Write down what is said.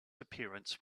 appearance